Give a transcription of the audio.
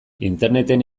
interneten